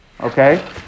Okay